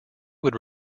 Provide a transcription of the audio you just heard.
would